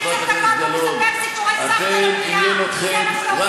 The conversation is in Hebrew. ראש הממשלה שלה, נתניהו.